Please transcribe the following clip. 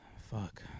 fuck